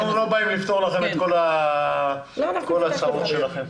אנחנו לא באים לפתור לכם את כל הצרות שלכם.